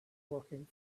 working